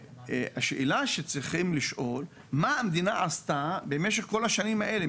השאלה שצריכים לשאול היא מה המדינה עשתה במשך כל השנים האלה,